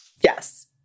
Yes